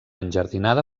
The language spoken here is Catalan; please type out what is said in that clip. enjardinada